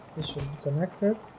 connected